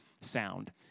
sound